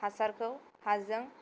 हासारखौ हाजों